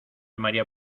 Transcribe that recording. maría